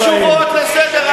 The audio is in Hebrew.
תן תשובות על סדר-היום.